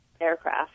aircraft